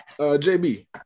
JB